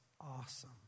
awesome